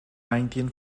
nineteen